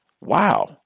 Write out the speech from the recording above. wow